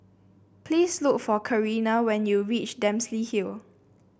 please look for Karina when you reach Dempsey Hill